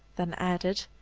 then added,